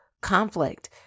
conflict